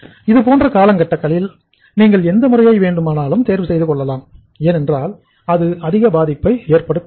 இதுபோன்ற காலகட்டங்களில் நீங்கள் எந்த முறையை வேண்டுமானாலும் தேர்வு செய்து கொள்ளலாம் ஏனென்றால் அது அதிகமாக பாதிப்பை ஏற்படுத்தாது